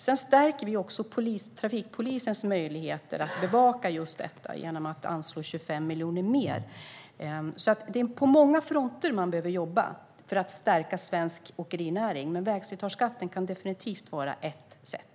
Vi stärker även trafikpolisens möjligheter att bevaka just detta genom att anslå 25 miljoner mer. Man behöver alltså jobba på många fronter för att stärka svensk åkerinäring. Men vägslitageskatten kan definitivt vara ett sätt.